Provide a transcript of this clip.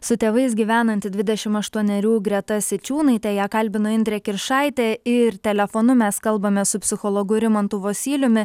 su tėvais gyvenanti dvidešim aštuonerių greta sičiūnaitė ją kalbino indrė kiršaitė ir telefonu mes kalbame su psichologu rimantu vosyliumi